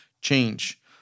change